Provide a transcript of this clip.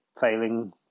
failing